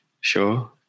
Sure